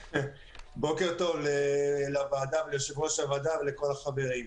בוקר טוב לוועדה, ליושב-ראש הוועדה ולכל החברים.